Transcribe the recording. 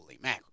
man